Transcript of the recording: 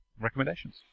recommendations